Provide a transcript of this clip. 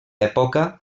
època